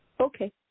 Okay